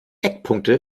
eckpunkte